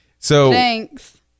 Thanks